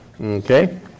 Okay